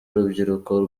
urubyiruko